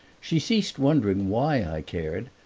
she ceased wondering why i cared,